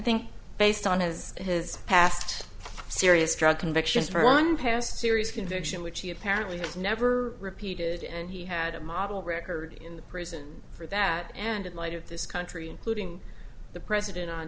think based on his his past serious drug convictions for one past series conviction which he apparently has never repeated and he had a model record in the prison for that and in light of this country including the president on